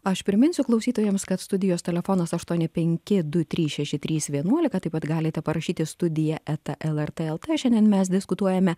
aš priminsiu klausytojams kad studijos telefonas aštuoni penki du trys šeši trys vienuolika taip pat galite parašyti studija eta lrt lt šiandien mes diskutuojame